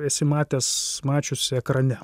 esi matęs mačiusi ekrane